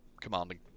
commanding